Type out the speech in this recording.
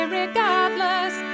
regardless